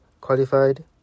qualified